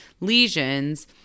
lesions